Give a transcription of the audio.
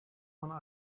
one